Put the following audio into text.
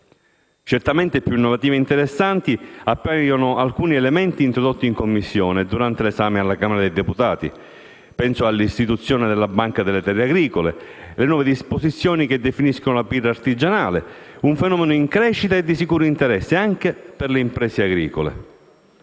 Certamente più innovativi e interessanti appaiono alcuni elementi introdotti in Commissione e durante l'esame alla Camera dei deputati, quali l'istituzione della Banca delle terre agricole e le nuove disposizioni che definiscono la birra artigianale, un fenomeno in crescita e di sicuro interesse anche per le imprese agricole.